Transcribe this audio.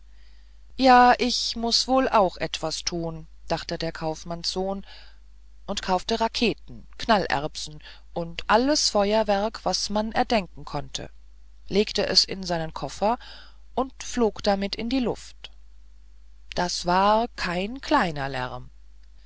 ja ich muß wohl auch etwas thun dachte der kaufmannssohn und kaufte raketen knallerbsen und alles feuerwerk was man erdenken konnte legte es in seinen koffer und flog damit in die luft das war kein kleiner lärm